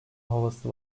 havası